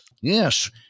Yes